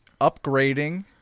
upgrading